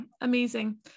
amazing